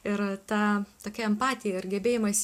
ir ta tokia empatija ir gebėjimais